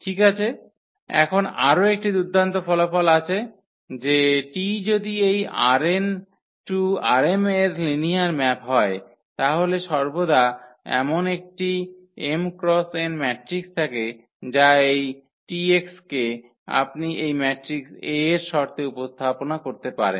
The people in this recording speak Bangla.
ঠিক আছে এখন আরও একটি দুর্দান্ত ফলাফল আছে যে T যদি এই ℝn → ℝm এর লিনিয়ার ম্যাপ হয় তাহলে সর্বদা এমন একটি m x n ম্যাট্রিক্স থাকে যা এই T x কে আপনি এই ম্যাট্রিক্স A এর শর্তে উপস্থাপনা করতে পারেন